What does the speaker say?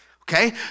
Okay